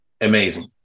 amazing